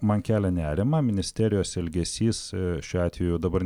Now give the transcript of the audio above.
man kelia nerimą ministerijos elgesys šiuo atveju dabar